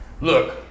Look